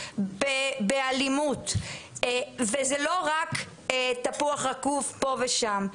באלימות וזה לא רק תפוח רקוב פה ושם.